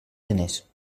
diners